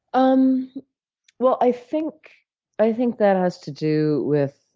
um well, i think i think that has to do with